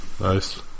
nice